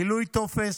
מילוי טופס,